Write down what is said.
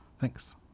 Thanks